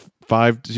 five